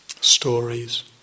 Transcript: stories